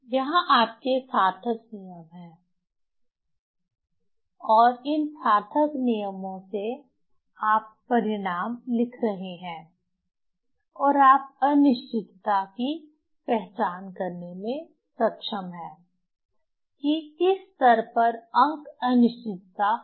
यहाँ आपके सार्थक नियम हैं और इन सार्थक नियमों से आप परिणाम लिख रहे हैं और आप अनिश्चितता की पहचान करने में सक्षम हैं कि किस स्तर पर अंक अनिश्चितता है